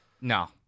No